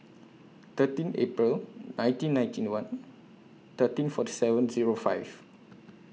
thirteen April nineteen ninety one thirteen forty seven Zero five